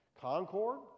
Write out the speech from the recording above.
Concord